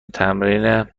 تمرین